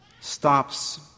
Stops